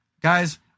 guys